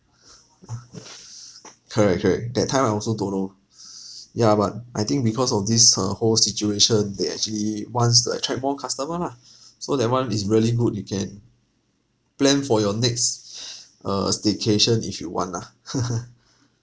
correct correct that time I also don't know ya but I think because of this uh whole situation they actually wants to attract more customer lah so that one is really good you can plan for your next err staycation if you want lah